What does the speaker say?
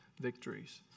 victories